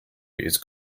its